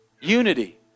Unity